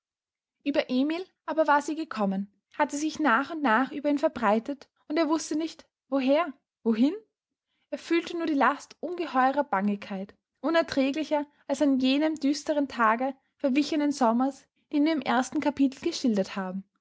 ueber emil aber war sie gekommen hatte sich nach und nach über ihn verbreitet und er wußte nicht woher wohin er fühlte nur die last ungeheurer bangigkeit unerträglicher als an jenem düsteren tage verwichenen sommers den wir im ersten capitel geschildert haben